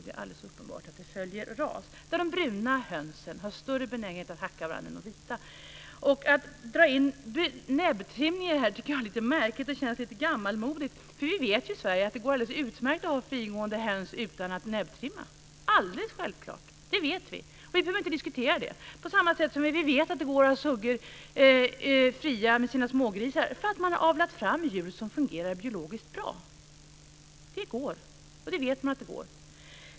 Det är alldeles uppenbart att det följer ras så att de bruna hönsen har större benägenhet att hacka varandra än de vita. Att dra in näbbtrimningen i det här verkar lite märkligt. Det känns lite gammalmodigt. Vi vet i Sverige att det går alldeles utmärkt att ha frigående höns utan att näbbtrimma - alldeles självklart, det vet vi. Vi behöver inte diskutera det. På samma vet vi att det går att ha suggor fria med sina smågrisar. Det är klart att man har avlat fram djur som fungerar biologiskt bra. Det går, man vet att det går.